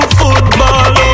football